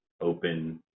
open